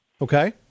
Okay